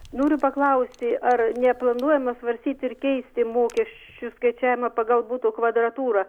noriu paklausti ar neplanuojama svarstyti ir keisti mokesčių skaičiavimą pagal butų kvadratūrą